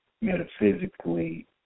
metaphysically